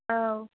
औ